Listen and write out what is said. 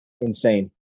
insane